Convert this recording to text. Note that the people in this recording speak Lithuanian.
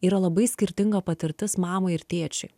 yra labai skirtinga patirtis mamai ir tėčiui